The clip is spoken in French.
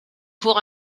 cour